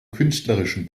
künstlerischen